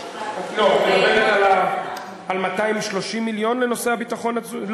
את מדברת על 230 מיליון לנושא הביטחון התזונתי?